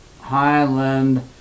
Highland